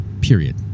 period